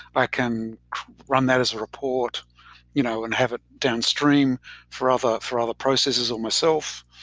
i can run that as a report you know and have it downstream for other for other processes or myself.